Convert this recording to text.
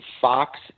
Fox